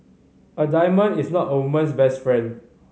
a diamond is not a woman's best friend